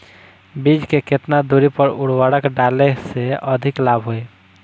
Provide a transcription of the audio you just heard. बीज के केतना दूरी पर उर्वरक डाले से अधिक लाभ होई?